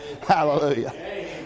Hallelujah